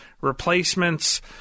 replacements